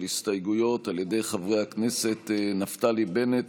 הסתייגויות על ידי חברי הכנסת נפתלי בנט,